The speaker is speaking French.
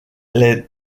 les